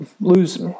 lose